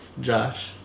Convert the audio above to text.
Josh